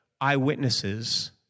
eyewitnesses